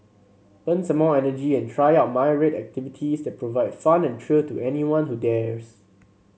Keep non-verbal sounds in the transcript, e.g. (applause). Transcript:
burn some more energy and try out (unintelligible) activities that provide fun and thrill to anyone who dares